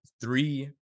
three